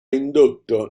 indotto